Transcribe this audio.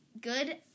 good